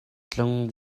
tlung